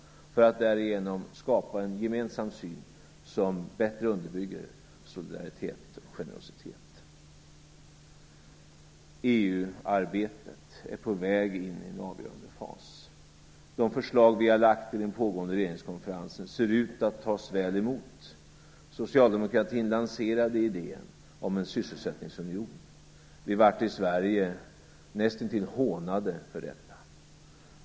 Därför skall vi skapa en gemensam syn som bättre underbygger solidaritet och generositet. EU-arbetet är på väg in i en avgörande fas. De förslag som vi har lagt fram i den pågående regeringskonferensen ser ut att tas väl emot. Socialdemokratin lanserade idén om en sysselsättningsunion. Vi blev i Sverige näst intill hånade för detta.